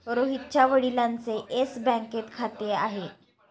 रोहितच्या वडिलांचे येस बँकेत खाते आहे